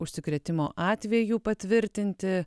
užsikrėtimo atvejų patvirtinti